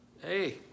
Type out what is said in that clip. Hey